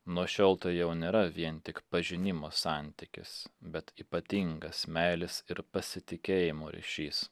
nuo šiol tai jau nėra vien tik pažinimo santykis bet ypatingas meilės ir pasitikėjimo ryšys